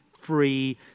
free